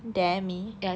da me